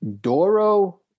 Doro